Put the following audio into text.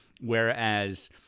Whereas